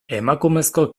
emakumezko